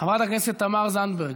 חברת הכנסת תמר זנדברג,